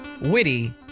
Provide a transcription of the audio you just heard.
witty